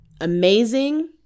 amazing